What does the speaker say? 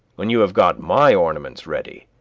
when you have got my ornaments ready,